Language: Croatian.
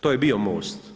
To je bio Most.